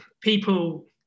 people